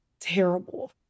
terrible